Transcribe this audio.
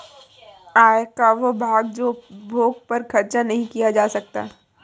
आय का वह भाग जो उपभोग पर खर्च नही किया जाता क्या कहलाता है?